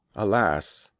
alas,